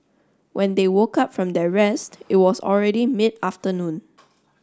when they woke up from their rest it was already mid afternoon